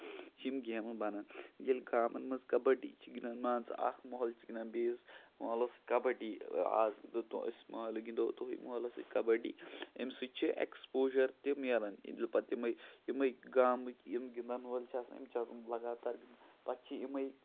چھِ یِم گیمہٕ بَنان ییٚلہِ گامَن منٛز کَبڑی چھِ گِندان مان ژٕ اکھ موحلہٕ چھُ گِندان بیٚیِس محلس سۭتۍ کَبَڑی أسۍ محلہ گِندو تُہٕنٛدِ محلَس سۭتۍ کَبڑی اَمہِ سۭتۍ چھِ اٮ۪کٔسپوجر تہِ مِلان یِم زَن پَتہٕ یِمے یِمے گامٕکۍ یِم گِندن وٲلۍ چھِ آسان یِم چھِ آسان لگاتار پَتہٕ چھِ یِمے